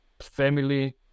family